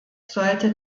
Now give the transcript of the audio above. sollte